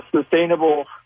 sustainable